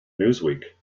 newsweek